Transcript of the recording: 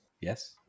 Yes